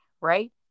right